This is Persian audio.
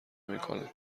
میکنند